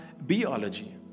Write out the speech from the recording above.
biology